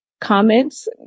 comments